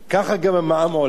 ככה גם המע"מ עולה.